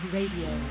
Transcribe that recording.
Radio